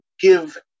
give